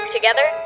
Together